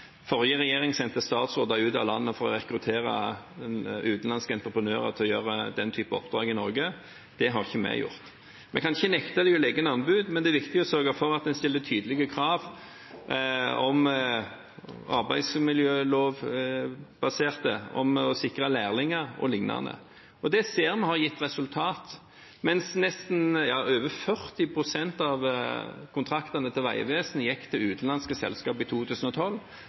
Forrige regjering sendte statsråder ut av landet for å rekruttere utenlandske entreprenører til å gjøre denne typen oppdrag i Norge. Det har ikke vi gjort. Vi kan ikke nekte dem å legge inn anbud, men det er viktig å sørge for at en stiller tydelige krav om at det skal være arbeidsmiljølovbasert, om å sikre lærlinger og lignende. Og det ser vi har gitt resultater. Mens over 40 pst. av kontraktene til Vegvesenet gikk til utenlandske selskap i 2012,